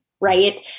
right